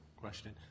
Question